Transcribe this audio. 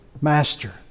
master